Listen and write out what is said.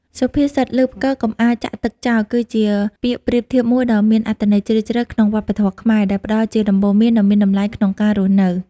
សុភាសិត "ឮផ្គរ កុំអាលចាក់ទឹកចោល" គឺជាពាក្យប្រៀបធៀបមួយដ៏មានអត្ថន័យជ្រាលជ្រៅក្នុងវប្បធម៌ខ្មែរ ដែលផ្ដល់ជាដំបូន្មានដ៏មានតម្លៃក្នុងការរស់នៅ។